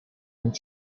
and